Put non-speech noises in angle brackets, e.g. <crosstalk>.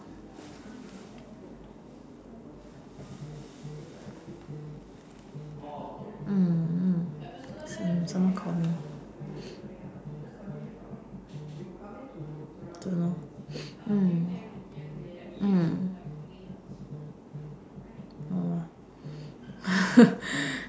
mm mm some some calling me <noise> don't know mm mm <noise>